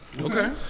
Okay